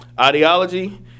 Ideology